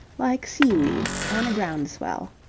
like seaweed on a ground-swell.